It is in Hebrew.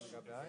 הגברת רייטן,